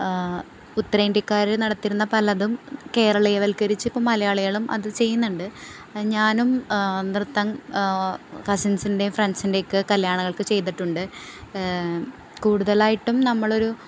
ഉത്തരേന്ത്യക്കാർ നടത്തിയിരുന്ന പലതും കേരളീയവൽക്കരിച്ച് ഇപ്പോൾ മലയാളികളും അത് ചെയ്യുന്നുണ്ട് ഞാനും നൃത്തം കസിൻസിൻൻ്റെയും ഫ്രണ്ട്സ്സിൻ്റെയൊക്കെ കല്യാണങ്ങൾക്ക് ചെയ്തിട്ടുണ്ട് കൂടുതലായിട്ടും നമ്മളൊരു